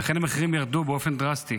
ולכן המחירים ירדו באופן דרסטי.